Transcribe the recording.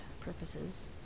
purposes